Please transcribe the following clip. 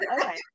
okay